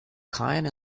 kind